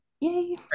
Yay